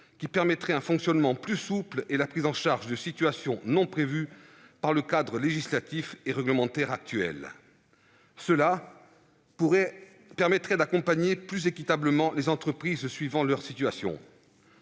cela permettrait un fonctionnement plus souple et la prise en charge de situations non prévues dans le cadre législatif et réglementaire actuel, et cela permettrait d'accompagner plus équitablement les entreprises en fonction de leur situation.